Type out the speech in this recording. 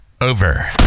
over